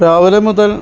രാവിലെ മുതൽ